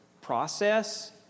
process